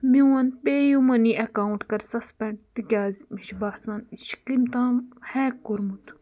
میٛون PayU money account کَر suspend تِکیٛازِ مےٚ چھُ باسان یہِ چھُ کٔمۍ تام ہیک کوٚرمُت